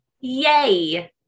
Yay